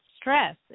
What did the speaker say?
stress